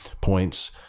points